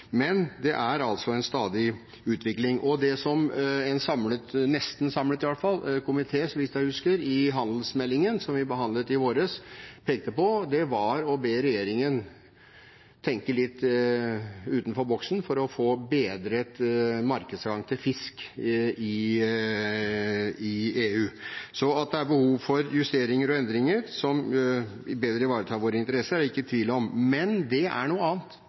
Men det er altså en stadig utvikling, og det som en samlet komité – nesten samlet i hvert fall, så vidt jeg husker – i handelsmeldingen, som vi behandlet i våres, pekte på, var å be regjeringen tenke litt utenfor boksen for å få bedret markedsadgang til fisk i EU. Så at det er behov for justeringer og endringer som bedre ivaretar våre interesser, er jeg ikke i tvil om, men det er noe annet